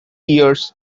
years